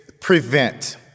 prevent